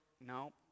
no